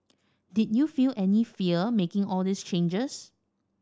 did you feel any fear making all these changes